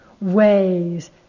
ways